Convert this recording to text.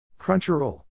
Crunchyroll